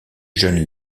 jeunes